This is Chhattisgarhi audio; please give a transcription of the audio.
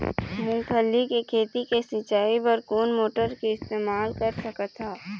मूंगफली के खेती के सिचाई बर कोन मोटर के इस्तेमाल कर सकत ह?